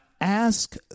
ask